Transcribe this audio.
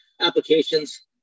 applications